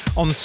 on